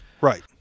Right